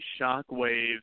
Shockwave